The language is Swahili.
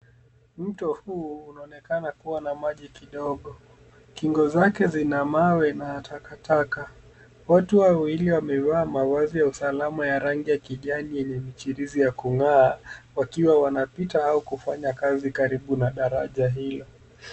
Mto huu unaonekana kuwa na maji kidogo. Kingo zake zina mawe na takataka. Watu wawili wamevaa mavazi ya usalama ya rangi ya kijani yenye michirizi ya kung'aa wakiwa wanapita au kufanya kazi karibu na daraja hilo.